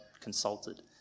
consulted